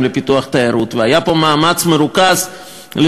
לפיתוח תיירות היה פה מאמץ מרוכז של